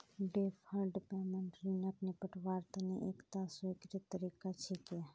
deferred payment ऋणक निपटव्वार तने एकता स्वीकृत तरीका छिके